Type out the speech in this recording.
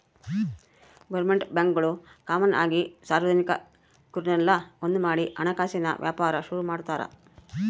government ಬ್ಯಾಂಕ್ಗುಳು common ಆಗಿ ಸಾರ್ವಜನಿಕುರ್ನೆಲ್ಲ ಒಂದ್ಮಾಡಿ ಹಣಕಾಸಿನ್ ವ್ಯಾಪಾರ ಶುರು ಮಾಡ್ತಾರ